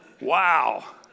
Wow